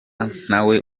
ntawe